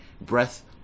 breath